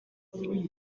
uyu